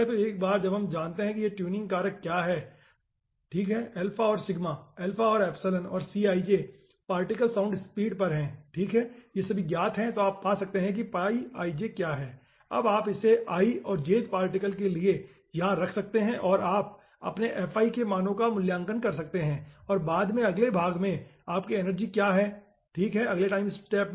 तो एक बार जब हम जानते हैं कि ये ट्यूनिंग कारक क्या हैं ठीक है और और औरपार्टिकल साउंड स्पीड पर ठीक है ये सभी ज्ञात हैं तो आप पा सकते हैं कि क्या है आप इसे i और jth पार्टिकल के लिए यहां रख सकते हैं और आप अपने के मानो का मूल्यांकन कर सकते हैं और बाद में अगले भाग में आपकी एनर्जी क्या है ठीक है अगले टाइम स्टेप में